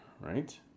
right